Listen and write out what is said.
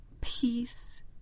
peace